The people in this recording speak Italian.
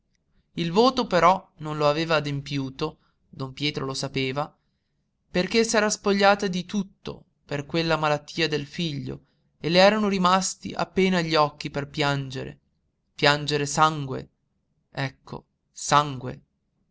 il voto però non lo aveva adempiuto don pietro lo sapeva perché s'era spogliata di tutto per quella malattia del figlio e le erano rimasti appena gli occhi per piangere piangere sangue ecco sangue